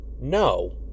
No